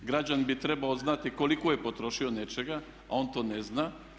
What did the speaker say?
Građanin bi trebao znati koliko je potrošio nečega, a on to ne zna.